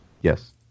Yes